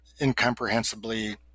incomprehensibly